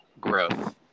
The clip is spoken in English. growth